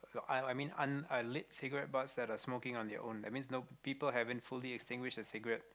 the I I mean un~ lit cigarette butts that are smoking on your own that means no people haven't fully extinguish their cigarette